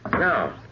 Now